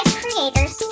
creators